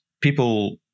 people